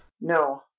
no